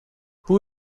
who